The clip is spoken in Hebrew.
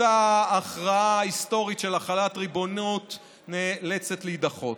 אותה הכרעה היסטורית של החלת ריבונות נאלצת להידחות.